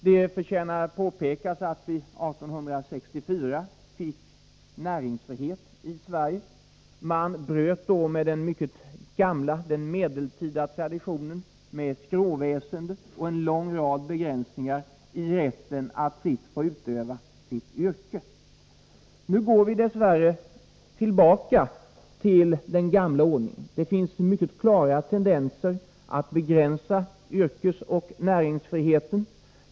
Det förtjänar påpekas att vi 1864 fick näringsfrihet i Sverige. Man bröt då med den gamla, den medeltida traditionen med skråväsendet och dess begränsningar i rätten att fritt utöva sitt yrke. Nu går vi dess värre i riktning mot den gamla ordningen. Det finns klara tendenser att begränsa yrkesoch näringsfriheten.